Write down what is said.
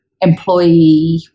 employee